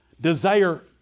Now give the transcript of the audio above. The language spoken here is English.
desire